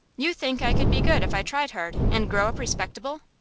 you think i could be good if i tried hard, and grow up respectable?